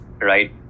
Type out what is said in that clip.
right